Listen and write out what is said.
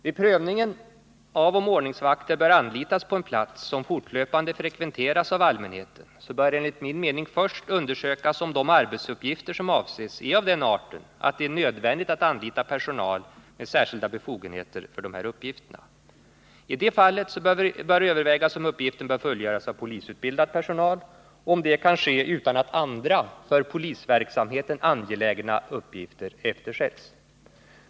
Vid prövningen av om ordningsvakter bör anlitas på en plats som fortlöpande frekventeras av allmänheten bör enligt min mening först undersökas om de arbetsuppgifter som avses är av den arten att det är nödvändigt att anlita personal med särskilda befogenheter för dessa uppgifter. Är detta fallet bör övervägas om uppgiften bör fullgöras av polisutbildad personal, och om detta kan ske utan att andra för polisverksamheten angelägna uppgifter eftersätts.